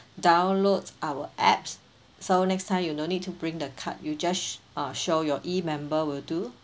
download our apps so next time you no need to bring the card you just uh show your E_member will do